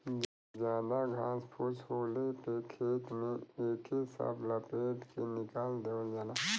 जादा घास फूस होले पे खेत में एके सब लपेट के निकाल देवल जाला